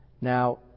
Now